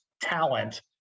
talent